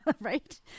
Right